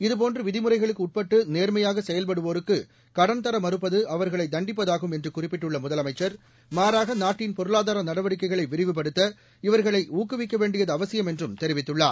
இதபோன்று விதிமுறைகளுக்கு உட்பட்டு நேர்மையாக செயல்படுவோருக்கு கடன் தர மறுப்பது அவர்களை தண்டிப்பதாகும் என்று குறிப்பிட்டுள்ள முதலமைச்சர் மாறாக நாட்டின் பொருளாதார நடவடிக்கைகளை விரிவுபடுத்த இவர்களை ஊக்குவிக்க வேண்டியது அவசியம் என்றும் தெரிவித்துள்ளார்